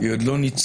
היא עוד לא ניצחה.